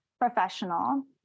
professional